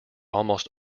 almost